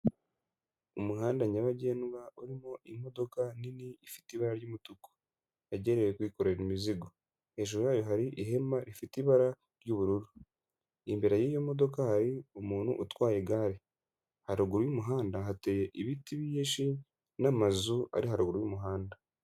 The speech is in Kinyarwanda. Umuhanda nyabagendwa urimo imodoka nini ifite ibara ry'umutuku, yegenewe kwikorera imizigo, hejuru yayo hari ihema rifite ibara ry'ubururu, imbere y'iyo modoka hari umuntu utwaye igare, haruguru y'umuhanda hateye ibiti byinshi n'amazu ari haruguru y'umuhanda.